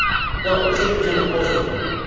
well, take for example, postal code.